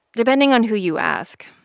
depending on who you ask,